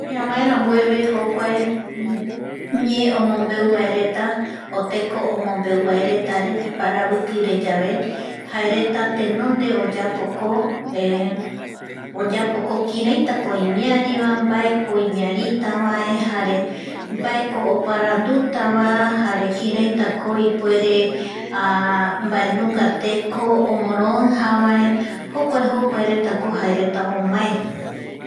Ñamaerambueve jokuae ñee omombeuvaereta o teko omombeuvaeretare iparavikiretare yave jaereta tenonde oyapoko oyapoko kiraitako imiarivae mbaereko imiaritavae mbaerako oparandutava jare kiraitapako ipuere mbaenunga tekoko omoroijatavae jokuae jokuaeko jaeretaipuere omae